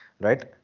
right